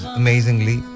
amazingly